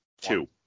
two